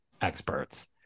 experts